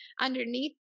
underneath